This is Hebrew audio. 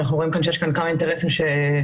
אנחנו רואים שיש כאן כמה אינטרסים שמונחים